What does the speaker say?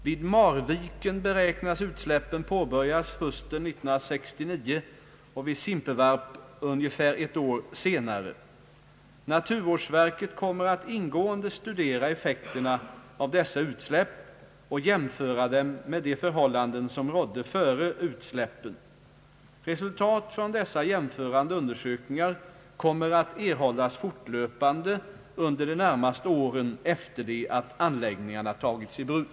Vid Marviken beräknas utsläppen påbörjas hösten 1969 och vid Simpvarp ungefär ett år senare. Naturvårdsverket kommer att ingående studera effekterna av dessa utsläpp och jämföra dem med de förhållanden som sa jämförande undersökningar kommer att erhållas fortlöpande under de närmaste åren efter det att anläggningarna tagits i bruk.